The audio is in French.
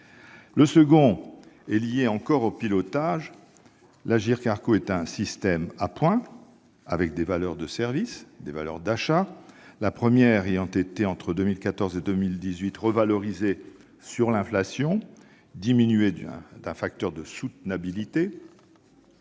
Le second est lié encore au pilotage. L'Agirc-Arrco est un système à points, avec des valeurs de service et d'achat, la première ayant été entre 2014 et 2018 revalorisée sur l'inflation diminuée d'un facteur de « soutenabilité